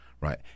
Right